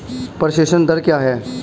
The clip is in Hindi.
प्रेषण दर क्या है?